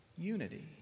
unity